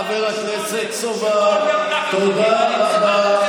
חבר הכנסת סובה, תודה רבה.